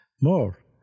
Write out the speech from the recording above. more